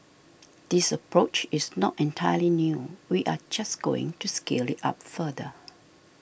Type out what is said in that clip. this approach is not entirely new we are just going to scale it up further